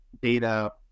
data